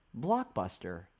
Blockbuster